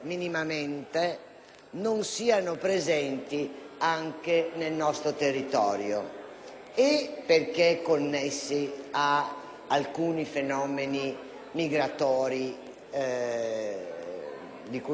perché connesse ad alcuni fenomeni migratori di cui non abbiamo tempo di sviluppare in questa sede le caratteristiche, sia perché comunque